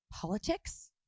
Politics